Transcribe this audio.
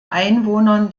einwohnern